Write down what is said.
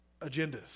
agendas